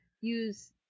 use